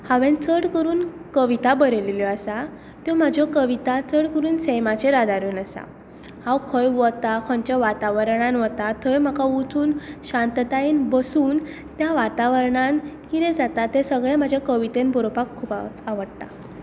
हांवें चड करून कविता बरयलल्यो आसा त्यो म्हाज्यो कविता चड करून सैमाचेर आदारून आसा हांव खंय वता खंयच्या वातावरांत वता थंय म्हाका वचून शांततायेन बसून त्या वातावरणांत कितें जाता तें सगळें म्हजे कवितेंत बरोवपाक खूब आवडटा